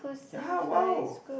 ya !wow!